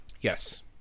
Yes